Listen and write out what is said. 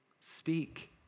speak